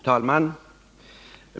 Fru talman!